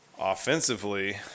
Offensively